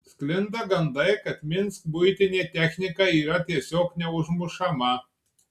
sklinda gandai kad minsk buitinė technika yra tiesiog neužmušama